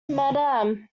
madam